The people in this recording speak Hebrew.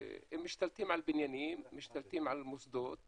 הם משתלטים על בניינים, הם משתלטים על מוסדות